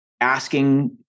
asking